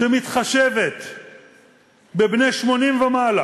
שמתחשבת בבני 80 ומעלה